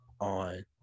on